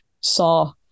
saw